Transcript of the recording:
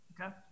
Okay